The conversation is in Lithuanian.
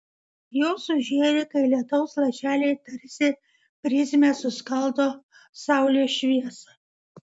jos sužėri kai lietaus lašeliai tarsi prizmė suskaldo saulės šviesą